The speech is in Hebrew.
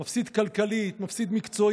הוא מפסיד כלכלית, הוא מפסיד מקצועית,